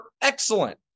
excellent